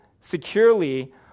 securely